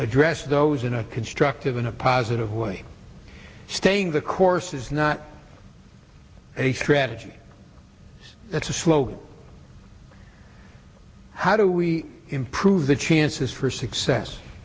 address those in a constructive in a positive way staying the course is not a threat that's a slogan how do we improve the chances for success